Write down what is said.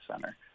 center